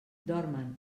dormen